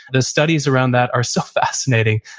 the studies around that are so fascinating,